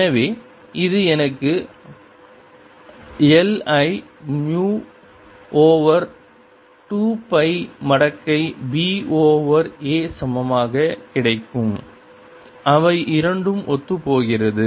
எனவே இது எனக்கு l ஐ மு ஓவர் 2 பை மடக்கை b ஓவர் a சமமாக கிடைக்கும் அவை இரண்டும் ஒத்துப் போகிறது